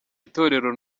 itorero